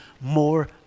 more